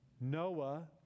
Noah